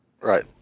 right